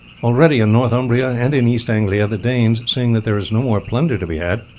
already in northumbria and in east anglia the danes, seeing that there is no more plunder to be had,